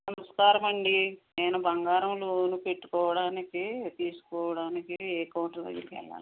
నమస్కారమండి నేను బంగారం లోన్ పెట్టుకోవడానికి తీసుకోవడానికి ఏ కౌంటర్ దగ్గరకి వెళ్ళాలి